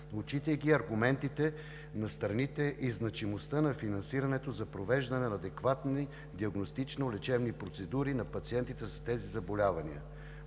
и значимостта на финансирането за провеждането на адекватни диагностично-лечебни процедури на пациентите с тези заболявания.